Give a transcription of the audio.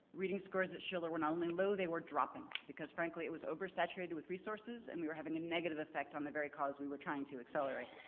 reading scores at schiller were not only low, they were dropping, because frankly it was oversaturated with resources, and we were having a negative effect on the very cause we were trying to accelerate.